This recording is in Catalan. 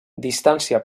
distància